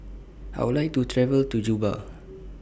I Would like to travel to Juba